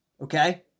okay